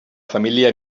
família